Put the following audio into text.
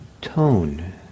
tone